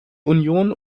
union